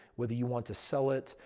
whether you want to sell it,